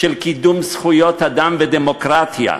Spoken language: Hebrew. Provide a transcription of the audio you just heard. של קידום זכויות אדם ודמוקרטיה.